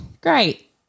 Great